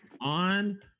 on